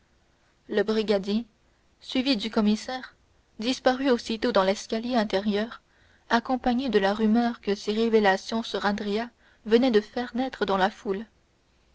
le brigadier suivi du commissaire disparut aussitôt dans l'escalier intérieur accompagné de la rumeur que ses révélations sur andrea venaient de faire naître dans la foule